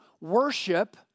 worship